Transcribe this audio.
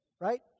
Right